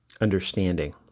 Understanding